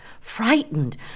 frightened